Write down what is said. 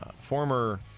former